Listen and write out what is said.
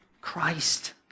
Christ